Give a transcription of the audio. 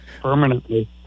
permanently